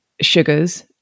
sugars